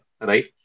right